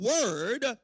word